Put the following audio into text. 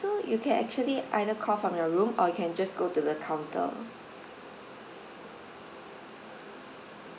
so you can actually either call from your room or you can just go to the counter